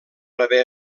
haver